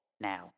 now